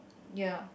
ya